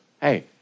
hey